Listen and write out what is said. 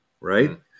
right